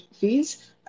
fees